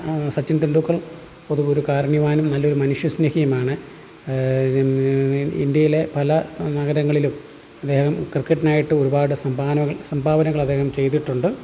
സച്ചിൻ ടെണ്ടുൽക്കർ പൊതു ഒരു കാരുണ്യവാനും നല്ലൊരു മനുഷ്യ സ്നേഹിയുമാണ് ഇന്ത്യയിലെ പല സ നഗരങ്ങളിലും അദ്ദേഹം ക്രിക്കറ്റിനായിട്ട് ഒരുപാട് സംഭാനകൾ സംഭാവനകൾ അദ്ദേഹം ചെയ്തിട്ടുണ്ട്